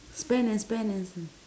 spend and spend and s~